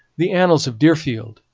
the annals of deerfield,